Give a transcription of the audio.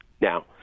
Now